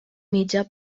mitjà